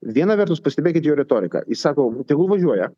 viena vertus pastebėkit jo retoriką jis sako tegul važiuoja